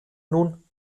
nun